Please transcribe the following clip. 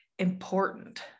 important